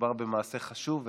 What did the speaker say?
שמדובר במעשה חשוב,